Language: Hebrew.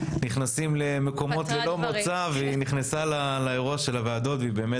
נכנסים למקומות ללא מוצא והיא נכנסה לאירוע של הוועדות והיא באמת